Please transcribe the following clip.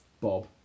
Bob